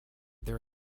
their